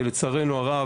לצערנו הרב,